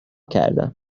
کردم